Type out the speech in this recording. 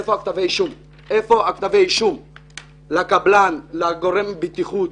איפה כתבי האישום לקבלן, לגורם הבטיחות,